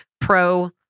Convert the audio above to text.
pro